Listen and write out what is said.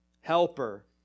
Helper